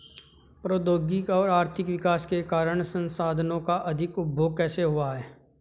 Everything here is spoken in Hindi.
प्रौद्योगिक और आर्थिक विकास के कारण संसाधानों का अधिक उपभोग कैसे हुआ है?